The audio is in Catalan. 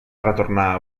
retornar